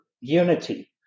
unity